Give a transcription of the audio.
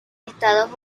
estados